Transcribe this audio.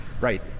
Right